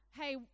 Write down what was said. hey